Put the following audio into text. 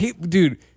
Dude